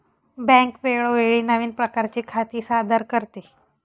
bank वेळोवेळी नवीन प्रकारची खाती सादर करते